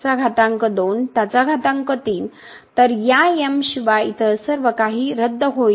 तर या m शिवाय इतर सर्व काही रद्द होईल